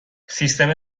سیستم